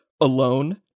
Alone